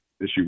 issue